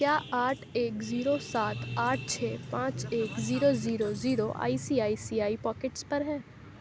کیا آٹھ ایک زیرو سات آٹھ چھ پانچ ایک زیرو زیرو زیرو آئی سی آئی سی آئی پوکیٹس پر ہے